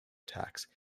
tax